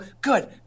good